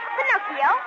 Pinocchio